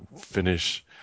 finish